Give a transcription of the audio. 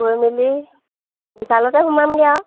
গৈ মেলি বিশালতে সোমামগৈ আৰু